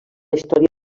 història